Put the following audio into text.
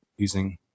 Using